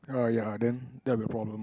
ya ya then that will be a problem lah